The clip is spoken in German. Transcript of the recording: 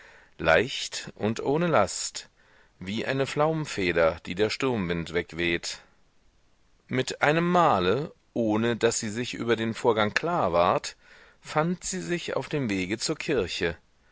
leicht und ohne last wie eine flaumfeder die der sturmwind wegweht mit einem male ohne daß sie sich über den vorgang klar ward fand sie sich auf dem wege zur kirche